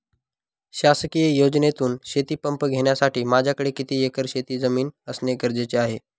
शासकीय योजनेतून शेतीपंप घेण्यासाठी माझ्याकडे किती एकर शेतजमीन असणे गरजेचे आहे?